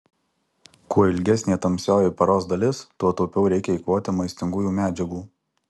kuo ilgesnė tamsioji paros dalis tuo taupiau reikia eikvoti maistingųjų medžiagų